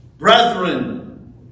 Brethren